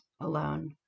alone